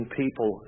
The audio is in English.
people